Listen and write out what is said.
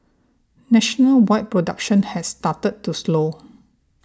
nationalwide production has started to slow